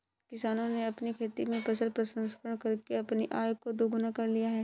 किसानों ने अपनी खेती में फसल प्रसंस्करण करके अपनी आय को दुगना कर लिया है